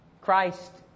Christ